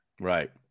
Right